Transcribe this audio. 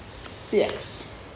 six